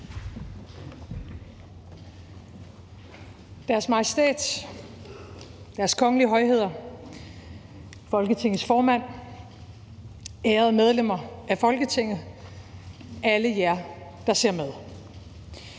Deres Majestæt, Deres Kongelige Højheder, Folketingets formand, ærede medlemmer af Folketinget og alle jer, der ser med.